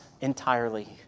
entirely